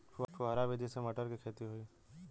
फुहरा विधि से मटर के खेती होई